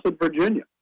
Virginia